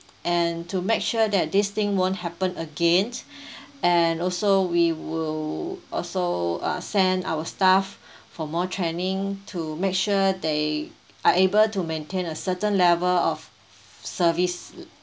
and to make sure that this thing won't happen again and also we will also uh send our staff for more training to make sure they are able to maintain a certain level of service